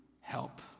help